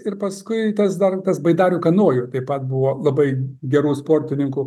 ir paskui tas dar tas baidarių kanojų taip pat buvo labai gerų sportininkų